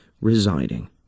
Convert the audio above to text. Residing